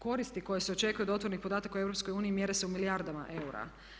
Koristi koje se očekuju od otvorenih podataka u EU mjere se u milijardama eura.